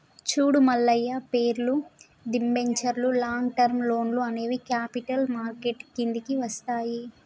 చూడు మల్లయ్య పేర్లు, దిబెంచర్లు లాంగ్ టర్మ్ లోన్లు అనేవి క్యాపిటల్ మార్కెట్ కిందికి వస్తాయి